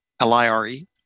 L-I-R-E